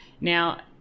Now